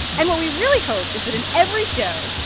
and what we really hope is that in every show.